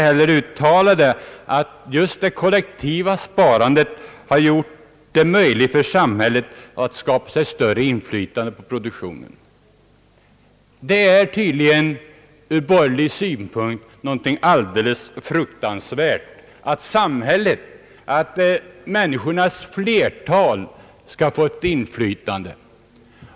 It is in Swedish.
Han uttalade att just det kollektiva sparandet hade gjort det möjligt för samhället att skapa sig större inflytande över produktionen. Ur borgerlig synpunkt är det tydligen något alldeles fruktansvärt att samhället, människornas flertal, skall få ett inflytande.